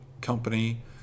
company